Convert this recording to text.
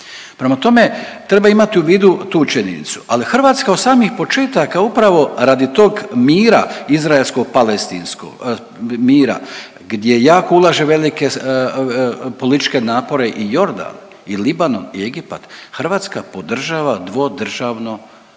Prema tome, treba imati u vidu tu činjenicu, ali Hrvatska od samih početaka upravo radi tog mira izraelsko palestinskog mira gdje jako ulaže velike političke napore i Jordan i Libanon i Egipat, Hrvatska podržava dvodržavno rješenje.